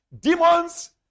Demons